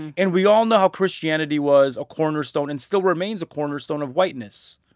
and we all know how christianity was a cornerstone and still remains a cornerstone of whiteness.